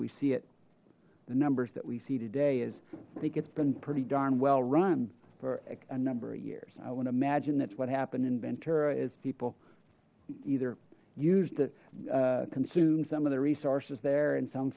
we see it the numbers that we see today is i think it's been pretty darn well run for a number of years i would imagine that's what happened in ventura is people either used to consume some of the resources there in some